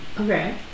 Okay